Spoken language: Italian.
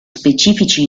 specifici